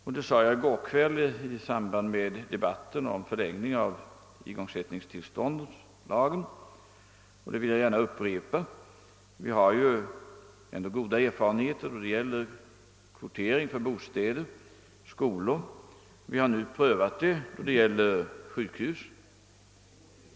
Det framhöll jag i går kväll i samband med debatten om förlängning av igångsättningstillståndslagen och det vill jag gärna upprepa. Vi har ändå goda erfarenheter då det gäller kvotering för bostäder och skolor, och vi har nu prövat systemet i fråga om sjukhus.